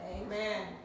Amen